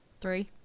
Three